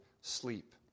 sleep